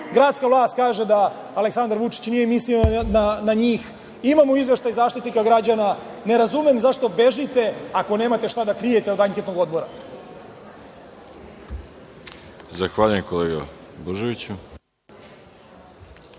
Gradska vlast kaže da Aleksandar Vučić nije mislio na njih, imamo izveštaj Zaštitnika građana, ne razumem zašto bežite, ako nemate šta da krijete od anketnog odbora. **Veroljub Arsić**